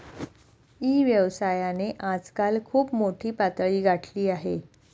E व्यवसायाने आजकाल खूप मोठी पातळी गाठली आहे